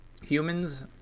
humans